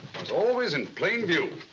was always in plain view.